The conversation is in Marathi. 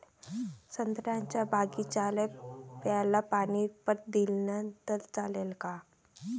संत्र्याच्या बागीचाले पयलं पानी पट दिलं त चालन का?